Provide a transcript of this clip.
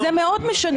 זה מאוד משנה.